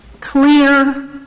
clear